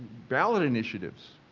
ballot initiatives,